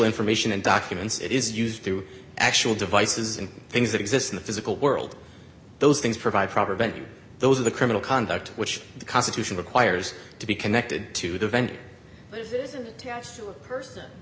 information and documents it is used through actual devices and things that exist in the physical world those things provide proper venue those of the criminal conduct which the constitution requires to be connected to the event that that person